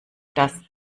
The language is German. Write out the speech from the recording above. dass